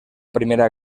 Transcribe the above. primera